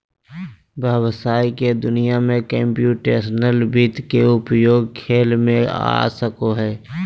व्हवसाय के दुनिया में कंप्यूटेशनल वित्त के उपयोग खेल में आ सको हइ